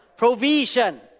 Provision